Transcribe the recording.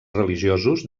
religiosos